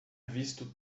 visto